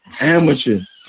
amateurs